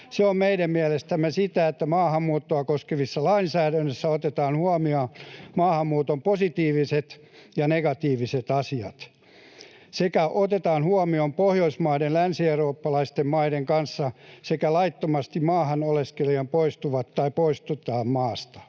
Se on meidän mielestämme sitä, että maahanmuuttoa koskevassa lainsäädännössä otetaan huomioon maahanmuuton positiiviset ja negatiiviset asiat sekä otetaan huomioon Pohjoismaiden ja länsieurooppalaisten maiden kanssa sekä laittomasti maassa oleskelevien poistuminen että poistaminen maasta.